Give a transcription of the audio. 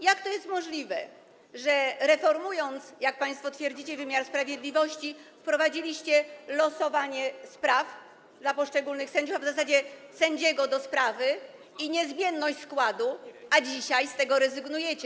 Jak to jest możliwe, że reformując, jak państwo twierdzicie, wymiar sprawiedliwości, wprowadziliście losowanie spraw dla poszczególnych sędziów, a w zasadzie sędziego do sprawy i niezmienność składu, a dzisiaj z tego rezygnujecie?